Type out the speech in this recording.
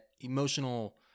emotional